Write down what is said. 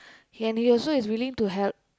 and he also is willing to help